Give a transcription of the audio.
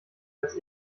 als